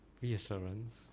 Reassurance